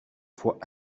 fois